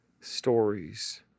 stories